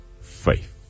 faith